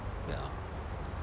ya